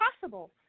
possible